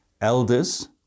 elders